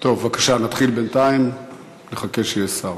בבקשה, נתחיל בינתיים, נחכה שיהיה שר.